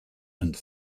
and